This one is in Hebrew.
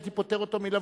הייתי פוטר אותו מלבוא.